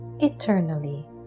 eternally